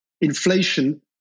inflation